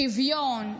שוויון,